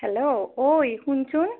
hello ঐ শুনচোন